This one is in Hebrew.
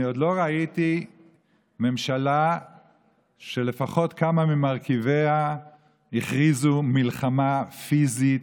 עוד לא ראיתי ממשלה שלפחות כמה ממרכיביה הכריזו מלחמה פיזית,